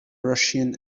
russian